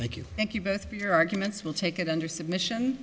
thank you thank you both for your arguments will take it under submission